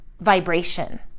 vibration